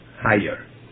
higher